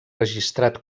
registrat